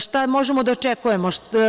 Šta možemo da očekujemo?